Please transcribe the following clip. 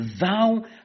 thou